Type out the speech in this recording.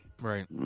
Right